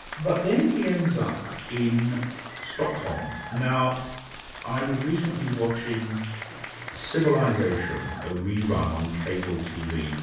but then he ends up in stockholm. now i was recently watching civilisation, a re-run on cable tv,